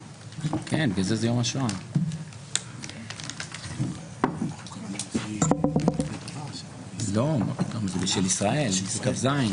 12:30. על סדר היום פעילות האפוטרופוס הכללי להשבת נכסים של נספי שואה